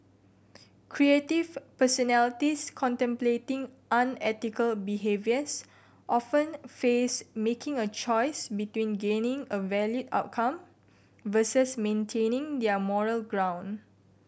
creative personalities contemplating unethical behaviours often face making a choice between gaining a valued outcome versus maintaining their moral ground